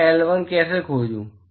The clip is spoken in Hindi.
मैं एल1 कैसे खोजूं